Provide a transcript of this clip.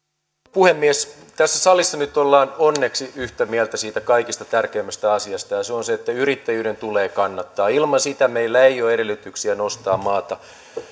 puhemies tässä salissa nyt ollaan onneksi yhtä mieltä siitä kaikista tärkeimmästä asiasta ja se on se että yrittäjyyden tulee kannattaa ilman sitä meillä ei ole edellytyksiä nostaa maata